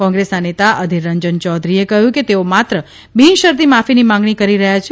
કોંગ્રેસના નેતા અધિર રંજન ચૌધરીએ કહ્યું કે તેઓ માત્ર બિન શરતી માફીની માંગણી કરી રહ્યા છે